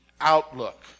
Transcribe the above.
outlook